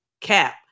cap